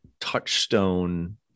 touchstone